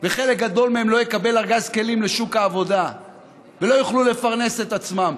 וחלק גדול מהם לא יקבלו ארגז כלים לשוק העבודה ולא יוכלו לפרנס את עצמם.